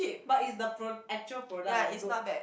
but is the pro~ actual product like good